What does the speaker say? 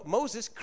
Moses